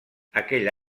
aquell